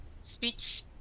speech